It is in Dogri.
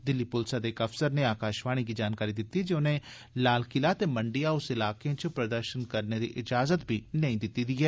दिल्ली पुलसै दे इक अफसर नै आकाशवाणी गी जानकारी दिती ऐ जे उन्ने लाल किला ते मंडी हाऊस इलाकें च प्रदर्शन करने दी इजाज़त बी नेईं दिती ऐ